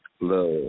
love